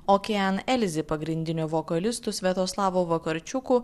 okean elzi pagrindiniu vokalistu sviatoslavu vakarčiuku